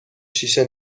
شیشه